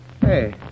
Hey